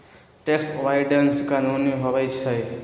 tax avoidance कानूनी होइ छइ